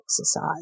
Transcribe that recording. exercise